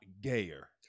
gayer